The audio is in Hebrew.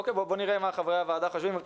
בוא נראה מה חושבים חברי הועדה.